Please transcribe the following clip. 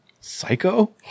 Psycho